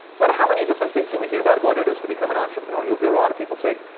but how many different things do we hear about what it is to become an entrepreneur? you'll hear a lot of people say,